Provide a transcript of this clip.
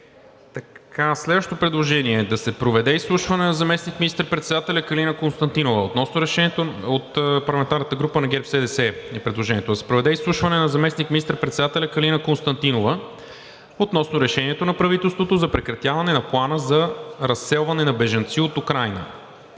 като точка втора за четвъртък: Изслушване на заместник министър председателя Калина Константинова относно решението на правителството за прекратяване на Плана за разселване на бежанци от Украйна.